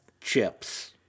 chips